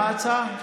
מה ההצעה?